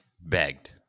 begged